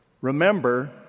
Remember